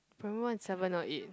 primary one is seven or eight